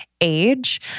age